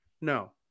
No